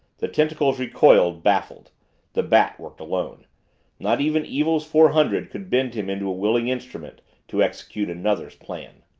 the tentacles recoiled, baffled the bat worked alone not even evil's four hundred could bend him into a willing instrument to execute another's plan.